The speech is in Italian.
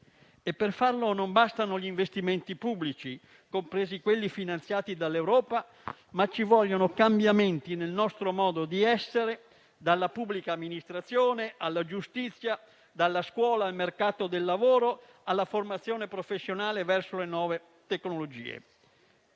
europei, non bastano gli investimenti pubblici, compresi quelli finanziati dall'Europa, ma ci vogliono cambiamenti nel nostro modo di essere, dalla pubblica amministrazione alla giustizia, dalla scuola al mercato del lavoro, alla formazione professionale verso le nuove tecnologie.